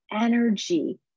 energy